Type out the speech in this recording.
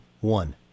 one